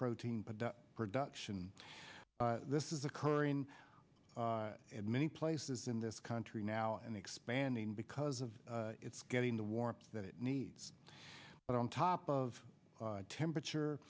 protein production this is occurring in many places in this country now and expanding because of it's getting the warrants that it needs but on top of temperature